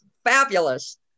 fabulous